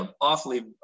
awfully